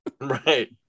Right